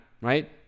right